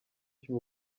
cy’u